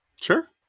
Sure